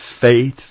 faith